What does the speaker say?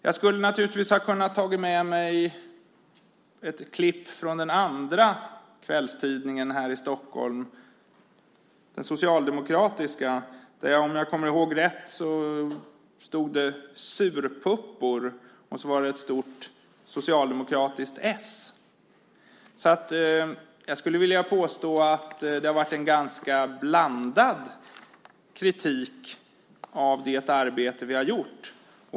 Jag skulle naturligtvis ha kunnat ta med mig ett klipp från den andra kvällstidningen här i Stockholm, den socialdemokratiska. Om jag kommer ihåg rätt stod det där "surpuppor" - med socialdemokratiskt "S" - så jag skulle vilja påstå att det har varit en ganska blandad kritik av det arbete som vi har gjort.